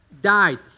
died